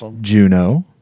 Juno